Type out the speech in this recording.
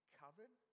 covered